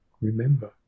remember